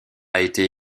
été